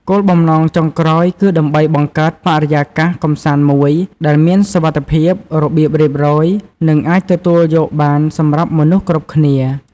គោលបំណងចុងក្រោយគឺដើម្បីបង្កើតបរិយាកាសកម្សាន្តមួយដែលមានសុវត្ថិភាព របៀបរៀបរយ និងអាចទទួលយកបានសម្រាប់មនុស្សគ្រប់គ្នា។